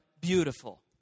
beautiful